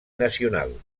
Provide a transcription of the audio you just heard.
nacional